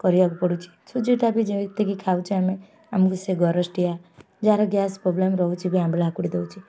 କରିବାକୁ ପଡ଼ୁଛି ସୁଜିଟା ବି ଯେମତିକି ଖାଉଛେ ଆମେ ଆମକୁ ସେ ଗରଷ୍ଟିଆ ଯାହାର ଗ୍ୟାସ୍ ପ୍ରୋବ୍ଲେମ୍ ରହୁଛି ବି ଆମ୍ବିଳା ହାକୁଡ଼ି ଦଉଛି